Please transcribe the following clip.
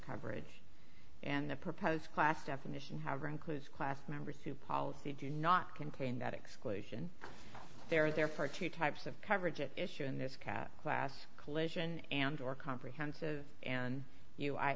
coverage and the proposed class definition however includes class members who policy do not contain that exclusion there is there for two types of coverage at issue in this cat class collision and or comprehensive and you i